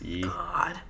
God